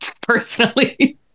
personally